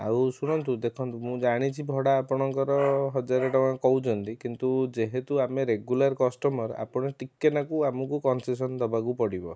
ଆଉ ଶୁଣନ୍ତୁ ଦେଖନ୍ତୁ ମୁଁ ଜାଣିଛି ଭଡ଼ା ଆପଣଙ୍କର ହଜାର ଟଙ୍କା କହୁଛନ୍ତି କିନ୍ତୁ ଯେହେତୁ ଆମେ ରେଗୁଲାର କଷ୍ଟମର ଆପଣ ଟିକିଏ ନାଆକୁ ଆମକୁ କନ୍ସେସନ୍ ଦବାକୁ ପଡ଼ିବ